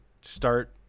start